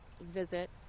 visit